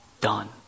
Done